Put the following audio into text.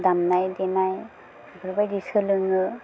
दामनाय देनाय बेफोर बायदि सोलोङो